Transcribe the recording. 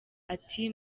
ati